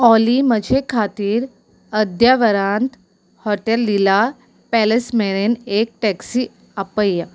ऑली म्हजे खातीर अर्द्या वरांत हॉटेल लीला पॅलेस मेरेन एक टॅक्सी आपय